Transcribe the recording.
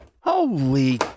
Holy